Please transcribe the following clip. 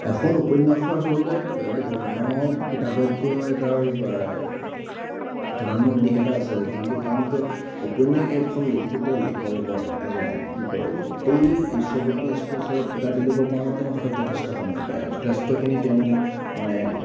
এখন উপন্যাস আচলতে বেলেগ অন্য কিতাপতকৈ তাৰ ধনাত্মক দিশ এটা আছে কাৰণ কিয় উপন্যাস এখন লিখোঁতে লেখক এজনে কি কৰে গোটেই দৃশ্যপটটো স্পষ্টকৈ ফুটাই তুলিবৰ কাৰণে তেওঁৰ হাতত যথেষ্ট সময় পায় যথেষ্টখিনি তেওঁ মানে